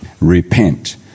Repent